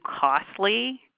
costly